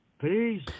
peace